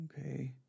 Okay